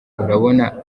urabona